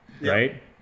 Right